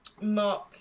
Mark